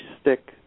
stick